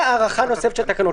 והארכה נוספת של התקנות.